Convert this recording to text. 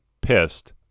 pissed